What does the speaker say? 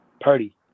Purdy